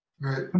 Right